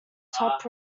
top